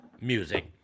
music